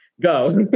Go